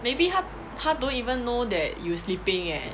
maybe 他他 don't even know that you sleeping eh